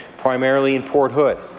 primarily in port hood.